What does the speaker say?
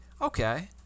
Okay